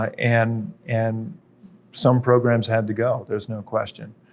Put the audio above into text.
ah and and some programs had to go, there's no question.